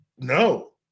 no